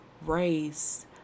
race